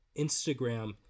Instagram